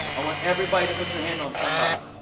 i want everybody to put your hand on somebody.